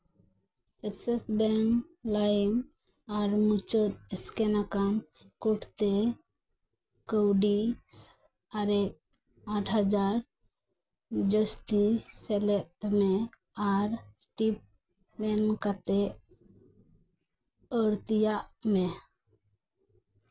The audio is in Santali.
ᱮᱠᱥᱤᱥ ᱵᱮᱝᱠ ᱞᱟᱭᱤᱢ ᱟᱨ ᱢᱩᱪᱟᱹᱫ ᱮᱥᱠᱮᱱ ᱟᱠᱟᱱ ᱠᱳᱰ ᱛᱮ ᱠᱟᱹᱣᱰᱤ ᱟᱨᱮᱥ ᱟᱴ ᱦᱟᱡᱟᱨ ᱡᱟᱹᱥᱛᱤ ᱥᱮᱞᱮᱫ ᱢᱮ ᱟᱨ ᱴᱤᱯ ᱢᱮᱱ ᱠᱟᱛᱮ ᱟᱹᱲᱛᱤᱭᱟᱜ ᱢᱮ